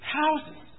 houses